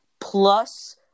plus